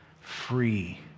Free